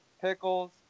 pickles